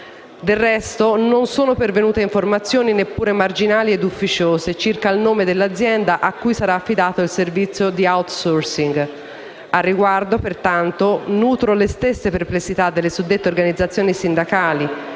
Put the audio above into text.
Del resto, non sono pervenute informazioni, neppure marginali ed ufficiose, circa il nome dell'azienda a cui sarà affidato il servizio in *outsourcing.* Al riguardo, pertanto, nutro le stesse perplessità delle suddette organizzazioni sindacali;